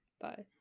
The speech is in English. Bye